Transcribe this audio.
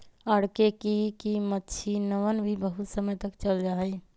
R K की मक्षिणवन भी बहुत समय तक चल जाहई